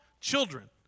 children